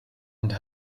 and